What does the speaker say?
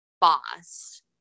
boss